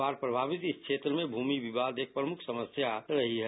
बाढ़ प्रभावित इस क्षेत्र में भूमि विवाद एक प्रमुख समस्या रही है